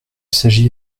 s’agit